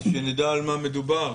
שנדע על מה מדובר.